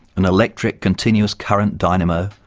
an electric continuous current dynamo,